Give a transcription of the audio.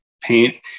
paint